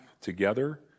together